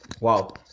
wow